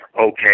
okay